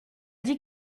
dit